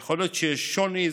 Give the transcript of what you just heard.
יכול להיות שיש שוני,